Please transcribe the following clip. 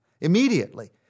immediately